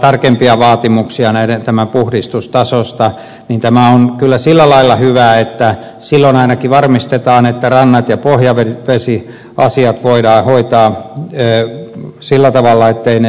tarkempia vaatimuksia tästä puhdistustasosta on kyllä sillä lailla hyvä että silloin ainakin varmistetaan että rannat ja pohjavesiasiat voidaan hoitaa sillä tavalla etteivät ne saastu